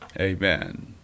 Amen